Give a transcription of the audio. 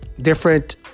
different